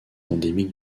endémique